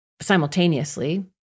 simultaneously